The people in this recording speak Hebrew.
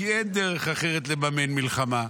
כי אין דרך אחרת לממן מלחמה.